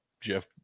Jeff